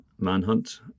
manhunt